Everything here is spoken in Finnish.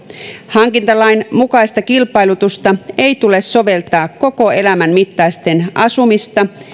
hankintalain mukaista kilpailutusta ei tule soveltaa koko elämän mittaisten asumista